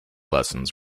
lessons